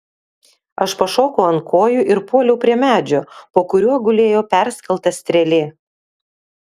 aš pašokau ant kojų ir puoliau prie medžio po kuriuo gulėjo perskelta strėlė